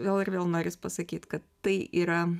gal ir vėl noris pasakyt kad tai yra